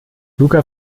luca